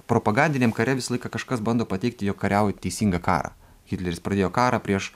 propagandiniam kare visą laiką kažkas bando pateikti jog kariauji teisingą karą hitleris pradėjo karą prieš